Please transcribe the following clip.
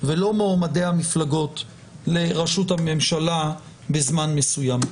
ולא מועמדי המפלגות לראשות הממשלה בזמן מסוים.